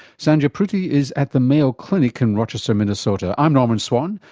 sandhya pruthi is at the mayo clinic in rochester minnesota, i'm norman swan,